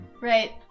Right